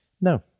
No